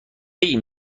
این